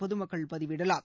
பொதுமக்கள் பதிவிடலாம்